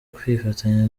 kwifatanya